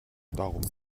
darum